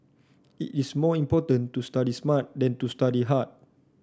it is more important to study smart than to study hard